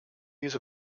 use